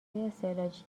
استعلاجی